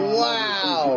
wow